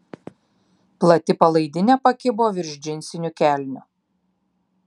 plati palaidinė pakibo virš džinsinių kelnių